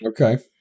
Okay